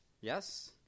Yes